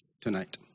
tonight